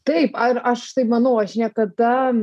taip ar aš taip manau aš niekada